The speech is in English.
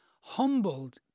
humbled